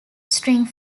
string